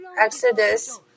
Exodus